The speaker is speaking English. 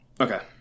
Okay